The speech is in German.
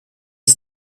ist